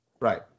Right